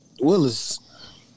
Willis